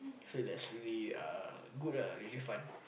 say that's really uh good ah really fun